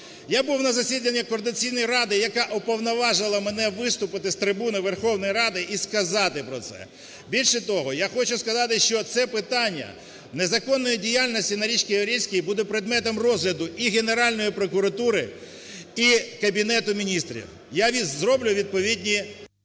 Я був на засіданні координаційної ради, яка уповноважила мене виступити з трибуни Верховної Ради і сказати про це. Більше того, я хочу сказати, що це питання незаконної діяльності на річці Оріль буде предметом розгляду і Генеральної прокуратури, і Кабінету Міністрів. Я зроблю відповідні…